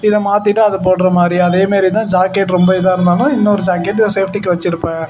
இதை மாத்திவிட்டு அதை போடுற மாதிரி அதே மாரியே தான் ஜாக்கெட் ரொம்ப இதாக இருந்தாலும் இன்னொரு ஜாக்கெட்டு ஒரு சேஃப்ட்டிக்கு வெச்சிருப்பேன்